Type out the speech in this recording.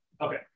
Okay